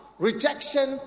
Rejection